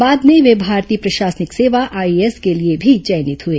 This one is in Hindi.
बाद में वे भारतीय प्रशासनिक सेवा आईएएस के लिए भी चयनित हुए